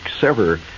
sever